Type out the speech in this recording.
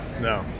No